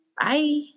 bye